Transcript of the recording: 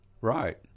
Right